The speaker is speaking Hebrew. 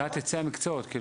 מבחינת הצע המקצועות.